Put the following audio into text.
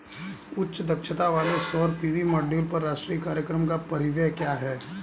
उच्च दक्षता वाले सौर पी.वी मॉड्यूल पर राष्ट्रीय कार्यक्रम का परिव्यय क्या है?